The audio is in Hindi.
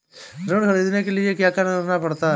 ऋण ख़रीदने के लिए क्या करना पड़ता है?